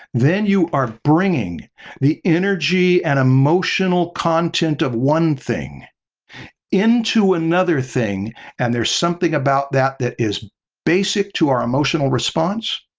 then you are bringing the energy and emotional content of one thing into another thing and there's something about that that is basic to our emotional response